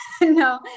No